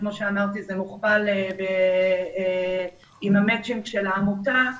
וכמו שמרתי זה מוכפל עם המצ'ינג של העמותה,